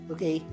Okay